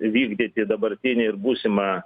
vykdyti dabartinį ir būsimą